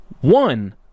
one